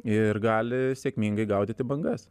ir gali sėkmingai gaudyti bangas